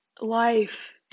life